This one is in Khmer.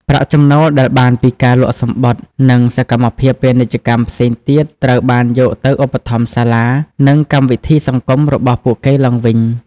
ប្រាក់ចំណូលដែលបានពីការលក់សំបុត្រ និងសកម្មភាពពាណិជ្ជកម្មផ្សេងទៀត ត្រូវបានយកទៅឧបត្ថម្ភសាលា និងកម្មវិធីសង្គមរបស់ពួកគេឡើងវិញ ។